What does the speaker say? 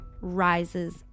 rises